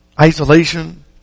isolation